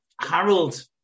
Harold